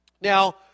Now